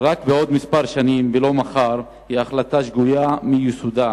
רק בעוד כמה שנים ולא מחר, זו החלטה שגויה מיסודה,